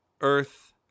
Earth